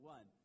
One